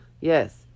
Yes